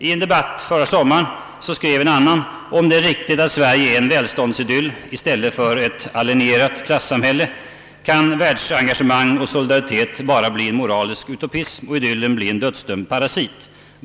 I en debatt förra sommaren skrev en annan: »Om det är riktigt att Sverige är en välståndsidyll i stället för ett alenierat klassamhälle kan världsengagemang och solidaritet bara bli moralisk utopism och idyllen bli en dödsdömd parasit.